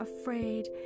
afraid